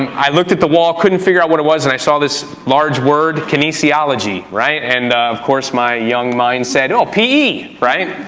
um i looked at the wall couldn't figure out what it was and i saw this large word, kinesiology, right, and of course my young mind said ah e. right,